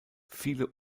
viele